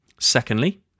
Secondly